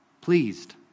Pleased